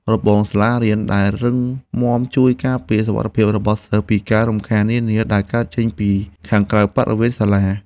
របងសាលារៀនដែលរឹងមាំជួយការពារសុវត្ថិភាពរបស់សិស្សពីការរំខាននានាដែលកើតចេញពីខាងក្រៅបរិវេណសាលា។